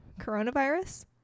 coronavirus